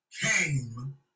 came